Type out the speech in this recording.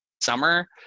summer